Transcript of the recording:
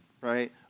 right